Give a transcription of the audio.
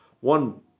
one